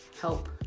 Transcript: help